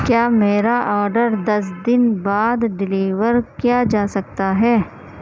کیا میرا آرڈر دس دن بعد ڈیلیور کیا جا سکتا ہے